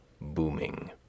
booming